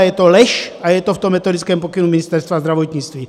Je to lež a je to v tom metodickém pokynu Ministerstva zdravotnictví.